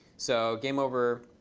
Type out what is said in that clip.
so game over.